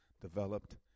developed